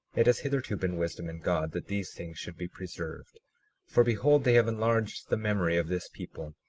it has hitherto been wisdom in god that these things should be preserved for behold, they have enlarged the memory of this people,